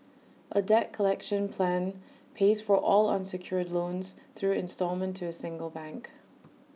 A debt collection plan pays for all unsecured loans through instalment to A single bank